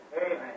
Amen